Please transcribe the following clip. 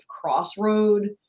crossroad